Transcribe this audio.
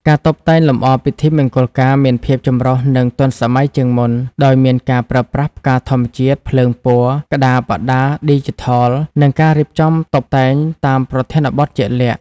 ការតុបតែងលម្អពិធីមង្គលការមានភាពចម្រុះ និងទាន់សម័យជាងមុន ដោយមានការប្រើប្រាស់ផ្កាធម្មជាតិ ភ្លើងពណ៌ ក្តារបដាឌីជីថល និងការរៀបចំតុបតែងតាមប្រធានបទជាក់លាក់ ។